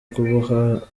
kuboha